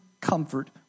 comfort